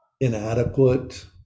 inadequate